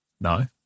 No